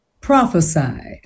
prophesied